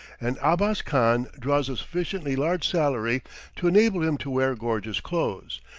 and abbas khan draws a sufficiently large salary to enable him to wear gorgeous clothes,